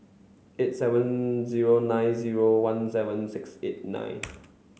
eight seven zero nine zero one seven six eight nine